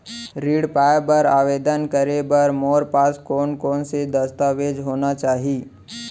ऋण पाय बर आवेदन करे बर मोर पास कोन कोन से दस्तावेज होना चाही?